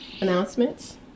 announcements